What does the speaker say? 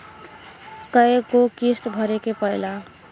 कय गो किस्त भरे के पड़ेला?